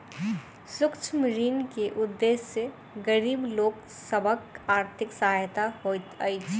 सूक्ष्म ऋण के उदेश्य गरीब लोक सभक आर्थिक सहायता होइत अछि